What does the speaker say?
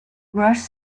rush